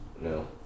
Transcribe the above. no